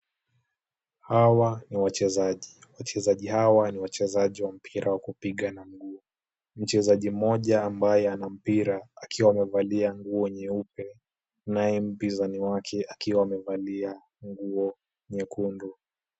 Hawa ni wachezaji, wachezaji hawa ni wachezaji wa mpira wa kupiga na mguu. Mchezaji mmoja ambaye ana mpira akiwa amevalia nguo nyeupe, naye mpinzani wake akiwa amevalia nguo nyekundu.